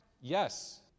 Yes